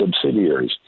subsidiaries